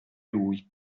lui